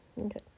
Okay